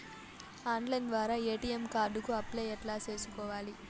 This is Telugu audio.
ఆన్లైన్ ద్వారా ఎ.టి.ఎం కార్డు కు అప్లై ఎట్లా సేసుకోవాలి?